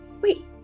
wait